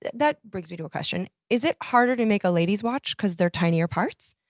that brings me to a question. is it harder to make a lady's watch because they're tinier parts?